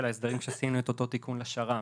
ההסדרים כשעשינו את אותו תיקון לשר"מ.